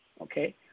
Okay